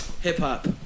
Hip-hop